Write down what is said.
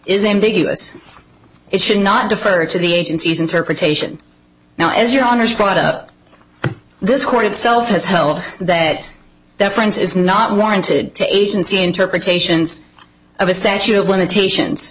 is ambiguous it should not defer to the agency's interpretation now as your honour's brought up this court itself has held that deference is not warranted to agency interpretations of a statute of limitations